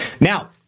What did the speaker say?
Now